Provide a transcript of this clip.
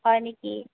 হয় নেকি